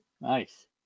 nice